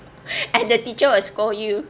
and the teacher will scold you